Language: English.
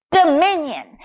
dominion